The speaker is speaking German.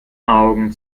augen